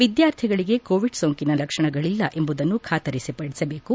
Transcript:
ವಿದ್ಕಾರ್ಥಿಗಳಿಗೆ Covid ಸೋಂಕಿನ ಲಕ್ಷಣಗಳಿಲ್ಲ ಎಂಬುದನ್ನು ಬಾತರಿಪಡಿಸಬೇಕು